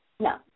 No